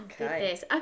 Okay